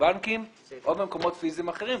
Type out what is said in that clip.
בבנקים או במקומות פיזיים אחרים,